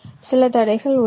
சில தடைகள் உள்ளன